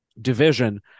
division